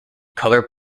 colour